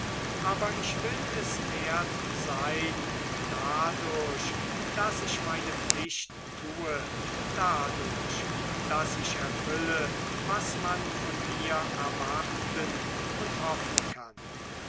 aber ich will es wert sein dadurch daß ich meine pflicht tue dadurch daß ich erfülle was man von mir erwarten und hoffen kann